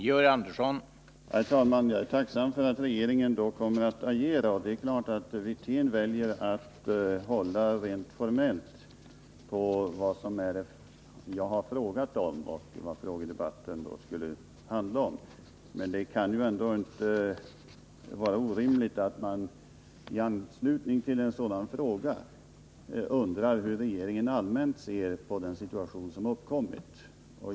Herr talman! Jag är tacksam för att regeringen under sådana förhållanden kommer att agera. Självfallet väljer Rolf Wirtén att hålla sig rent formellt till det som jag har frågat om och som frågedebatten skall handla om, men det kan ändå inte vara orimligt att i anslutning till en fråga som denna undra, hur regeringen allmänt ser på den situation som uppkommit.